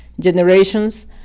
generations